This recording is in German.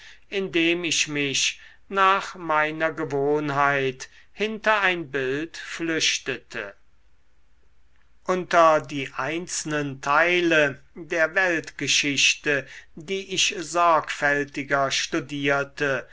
indem ich mich nach meiner gewohnheit hinter ein bild flüchtete unter die einzelnen teile der weltgeschichte die ich sorgfältiger studierte